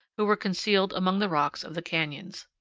who were concealed among the rocks of the canyons.